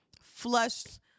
flushed